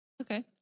Okay